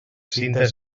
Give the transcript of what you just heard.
cintes